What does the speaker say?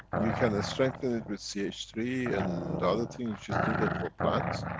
you can strengthen it with c h three and other things just needed for plants.